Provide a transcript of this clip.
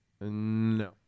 No